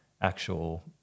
actual